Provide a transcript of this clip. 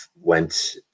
went